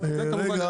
תודה רבה.